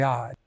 God